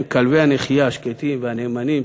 הם כלבי הנחייה השקטים והנאמנים,